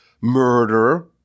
murder